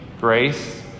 grace